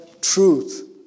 truth